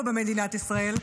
פה במדינת ישראל.